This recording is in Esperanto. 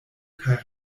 kaj